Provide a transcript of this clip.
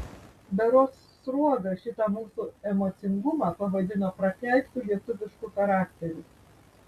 berods sruoga šitą mūsų emocingumą pavadino prakeiktu lietuvišku charakteriu